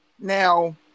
Now